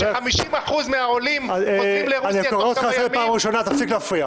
ש-50% מהעולים חוזרים לרוסיה תוך כמה ימים?